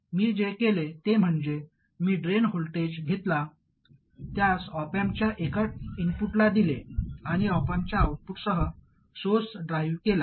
मी जे केले ते म्हणजे मी ड्रेन व्होल्टेज घेतला त्यास ऑप अँपच्या एका इनपुटला दिले आणि ऑप अँपच्या आउटपुटसह सोर्स ड्राइव्ह केला